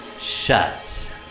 shut